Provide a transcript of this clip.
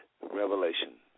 revelation